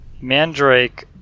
Mandrake